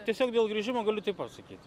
tiesiog dėl grįžimo galiu taip pasakyt